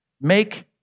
make